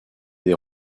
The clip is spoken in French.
des